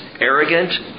arrogant